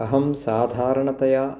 अहं साधारणतया